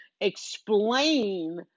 explain